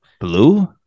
Blue